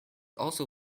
also